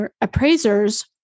appraisers